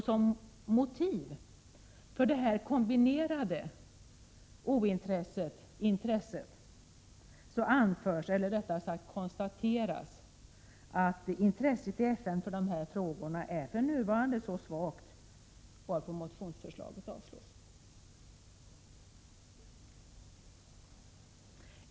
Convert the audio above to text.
Som motiv för detta kombinerade ointresse-intresse konstateras att intresset i FN för dessa frågor för närvarande är svagt, varpå motionsförslaget avstyrks.